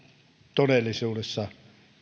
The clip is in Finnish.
todellisuudessa